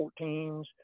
fourteens